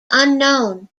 unknown